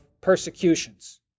persecutions